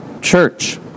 church